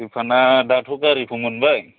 रिपान्डआ दाथ' गारिखौ मोनबाय